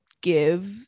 give